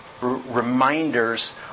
reminders